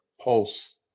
pulse